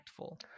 impactful